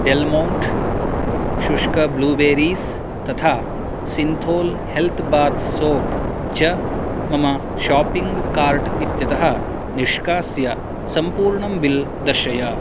Dell Monte शुष्क blueberries तथा Cinthol health bath soap च मम शाप्पिङ्ग् कार्ट् इत्यतः निष्कास्य सम्पूर्णं बिल् दर्शय